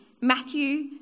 Matthew